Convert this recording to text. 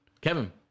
Kevin